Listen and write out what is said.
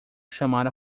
chamar